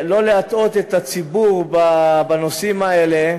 לא להטעות את הציבור בנושאים האלה: